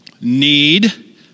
need